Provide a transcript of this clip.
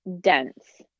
dense